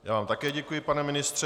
Já vám také děkuji, pane ministře.